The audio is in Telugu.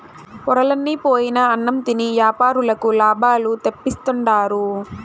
పొరలన్ని పోయిన అన్నం తిని యాపారులకు లాభాలు తెప్పిస్తుండారు